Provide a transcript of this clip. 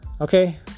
Okay